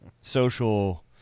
social